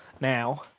now